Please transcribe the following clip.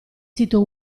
sito